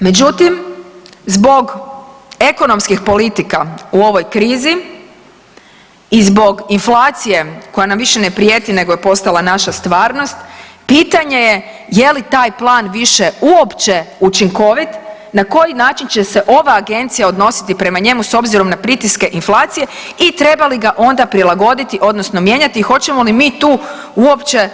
Međutim zbog ekonomskih politika u ovoj krizi i zbog inflacije koja nam više ne prijeti nego je postala naša stvarnost, pitanje je li taj plan više uopće učinkovit, na koji način će se ova agencija odnositi prema njemu s obzirom na pritiske inflacije i treba li ga onda prilagoditi odnosno mijenjati i hoćemo li mi tu uopće